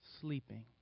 sleeping